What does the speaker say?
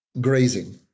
grazing